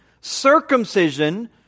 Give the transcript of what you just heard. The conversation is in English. circumcision